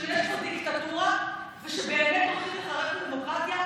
שיש פה דיקטטורה ושבאמת הולכים לחרב את הדמוקרטיה,